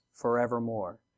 forevermore